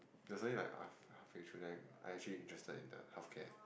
it was only half halfway through then I actually interested in the healthcare